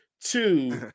two